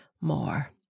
more